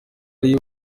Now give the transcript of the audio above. ari